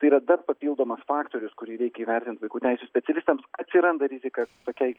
tai yra dar papildomas faktorius kurį reikia įvertint vaikų teisių specialistams atsiranda rizika tokiai